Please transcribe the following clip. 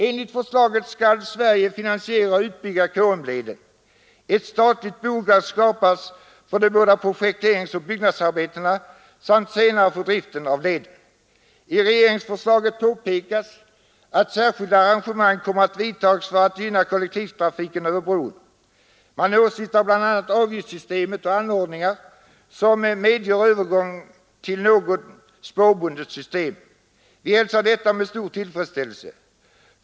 Enligt förslaget skall Sverige finansiera och bygga KM-leden. Ett statligt bolag skapas för både projekteringsoch byggnadsarbetena samt senare för driften av leden. I regeringsförslaget påpekas, att särskilda arrangemang kommer att vidtas för att gynna kollektivtrafiken över bron. Man åsyftar bl.a. avgiftssystemet och anordningar, som medger övergång till något spårbundet system. Vi hälsar detta med stor tillfredsställelse.